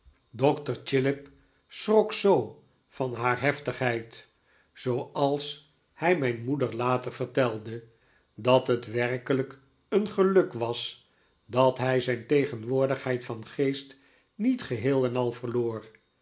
dokter chillip schrok zoo van haar heftigheid zooals hij mijn moeder later vertelde dat het werkelijk een geluk was dat hij zijn tegenwoordigheid van geest niet geheel en al verloor